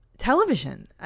television